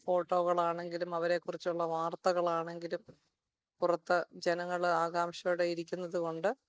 ഫോട്ടോകളാണെങ്കിലും അവരെ കുറിച്ചുള്ള വാർത്തകൾ ആണെങ്കിലും പുറത്ത് ജനങ്ങൾ ആകാംഷയോടെ ഇരിക്കുന്നത് കൊണ്ട്